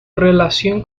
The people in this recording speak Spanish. relación